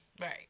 Right